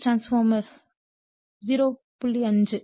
single phase transformer 0